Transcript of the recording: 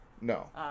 No